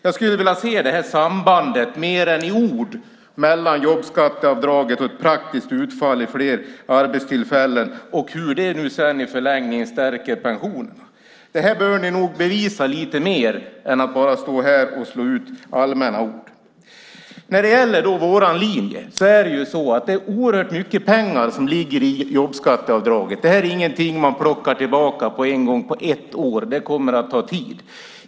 Jag skulle mer än i ord vilja se sambandet mellan jobbskatteavdraget och ett praktiskt utfall i fler arbetstillfällen och hur det i förlängningen stärker pensionen. Ni bör nog bevisa det mer än bara genom att stå här och prata i allmänna ord. Det ligger oerhört mycket pengar i jobbskatteavdraget. Det är inte något man plockar tillbaka på ett år. Det kommer att ta tid.